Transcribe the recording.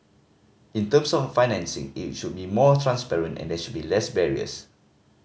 in terms of financing it should be more transparent and there should be less barriers